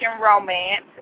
romance